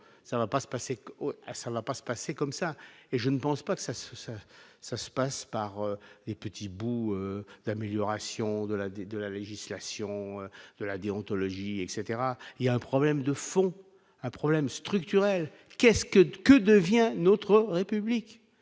ah ça va pas se passer comme ça et je ne pense pas que ça se sache, ça se passe par des petits bouts d'amélioration de la de la législation de la déontologie, etc, il y a un problème de fond, un problème structurel qu'-ce que que devient notre République,